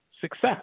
success